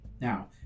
Now